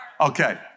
Okay